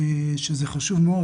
שזה חשוב מאוד,